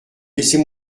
laissez